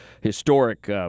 historic